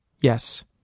Yes